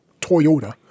Toyota